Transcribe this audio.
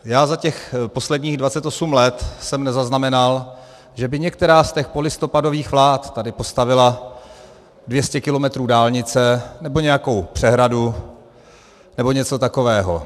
Já za těch posledních 28 let jsem nezaznamenal, že by některá z těch polistopadových vlád tady postavila 200 kilometrů dálnice nebo nějakou přehradu nebo něco takového.